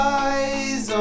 eyes